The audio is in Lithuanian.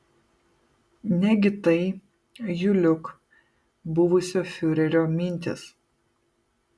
negi tai juliuk buvusio fiurerio mintys